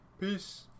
Peace